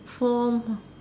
for